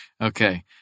Okay